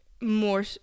more